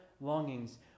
longings